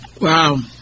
Wow